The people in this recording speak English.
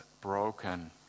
broken